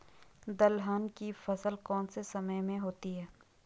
दलहन की फसल कौन से समय में होती है?